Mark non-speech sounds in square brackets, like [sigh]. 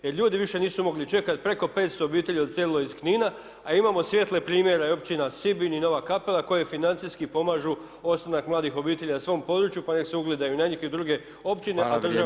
Jer ljudi nisu mogli više čekat, preko 500 obitelji odselilo iz Knina, a imamo svijetle primjere općina Sibinj i Nova kapela koje financijski pomažu ostanak mladih obitelji na svom području pa nek se ugledaju na njih i druge općine, ... [unintelligible] Hvala.